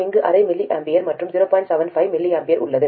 75 mA உள்ளது